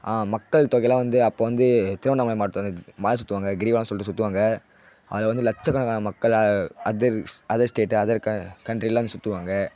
மக்கள் தொகையெலாம் வந்து அப்போ வந்து திருவண்ணாமலை மாவட்டத்தில் வந்து மலை சுற்றுவாங்க கிரிவலம்னு சொல்லிட்டு சுற்றுவாங்க அதில் வந்து லட்சக்கணக்கான மக்கள் அதர்ஸ் அதர் ஸ்டேட்டு அதர் கன் கன்ட்ரிலாம் வந்து சுற்றுவாங்க